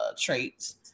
traits